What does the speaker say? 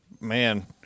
man